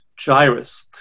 gyrus